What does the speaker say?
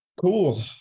cool